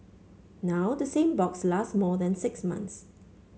now the same box lasts more than six months